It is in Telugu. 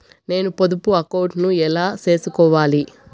నేను పొదుపు అకౌంటు ను ఎలా సేసుకోవాలి?